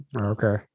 Okay